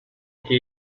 que